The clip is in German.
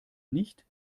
nicht